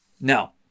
Now